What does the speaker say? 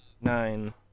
Nine